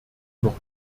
noch